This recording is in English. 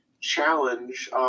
challenge